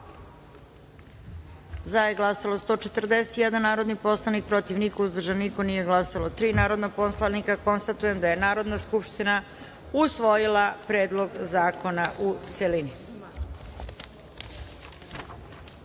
Za je glasalo 141 narodni poslanik, protiv – niko, uzdržan – niko, nisu glasala tri narodna poslanika. Konstatujem da je Narodna skupština usvojila Predlog zakona u celini. Pošto